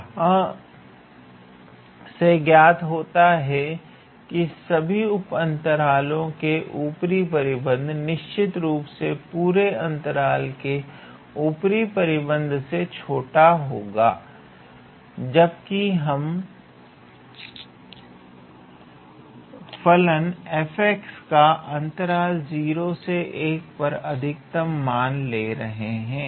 यहां से ज्ञात होता है कि सभी उप अंतरालों के ऊपरी परिबद्ध निश्चितरूप से पूरे अंतराल के ऊपरी परिबद्ध से छोटे होंगे जबकि हम फलन 𝑓𝑥 का अंतराल 01 पर अधिकतम मान ले रहे हैं